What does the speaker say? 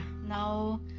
now